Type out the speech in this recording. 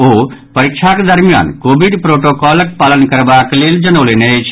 ओ परीक्षाक दरमियान कोविड प्रोटोकॉलक पालन करबाक लेल जनौलनि अछि